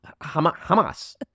Hamas